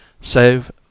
save